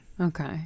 Okay